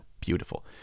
beautiful